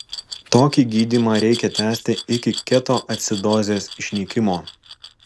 tokį gydymą reikia tęsti iki ketoacidozės išnykimo